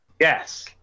Yes